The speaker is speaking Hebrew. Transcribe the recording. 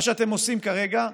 מה שאתם עושים כרגע,